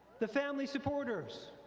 the family supporters,